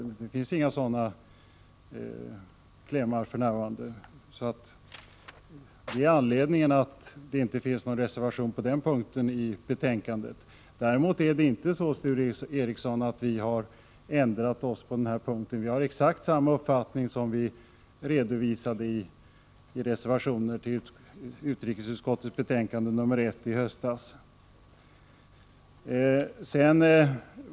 Nu finns inga sådana krav. Det är alltså anledningen till att det inte föreligger någon reservation när det gäller detta avsnitt av betänkandet. Däremot är det inte så, Sture Ericson, att vi har ändrat oss på den här punkten. Vi har exakt samma uppfattning som den vi redovisade i reservationer till utrikesutskottets betänkande nr 1 i höstas.